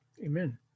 Amen